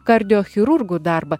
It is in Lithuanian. kardiochirurgų darbą